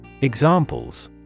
Examples